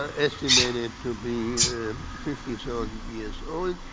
ah estimated to be fifty thousand years old.